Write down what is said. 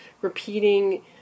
repeating